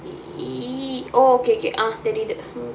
!ee! oh okay okay ah தெரிது:therithu